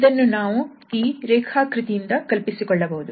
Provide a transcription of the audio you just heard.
ಇದನ್ನು ನಾವು ಈ ರೇಖಾಕೃತಿಯಿಂದ ಕಲ್ಪಿಸಿಕೊಳ್ಳಬಹುದು